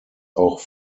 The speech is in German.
auch